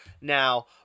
Now